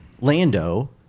Lando